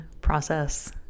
process